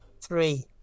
three